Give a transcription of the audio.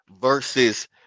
versus